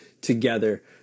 together